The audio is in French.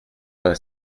vingt